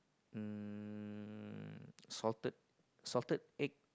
um salted salted egg